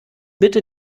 bitte